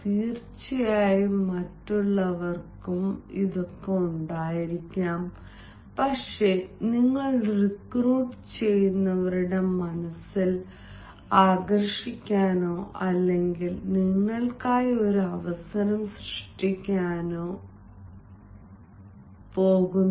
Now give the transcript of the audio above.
തീർച്ചയായും മറ്റുള്ളവർക്കും ഉണ്ടായിരിക്കാം പക്ഷേ നിങ്ങൾ റിക്രൂട്ട് ചെയ്യുന്നവരുടെ മനസ്സിൽ ആകർഷിക്കാനോ അല്ലെങ്കിൽ നിങ്ങൾക്കായി ഒരു അവസരം സൃഷ്ടിക്കാനോ പോകുന്നു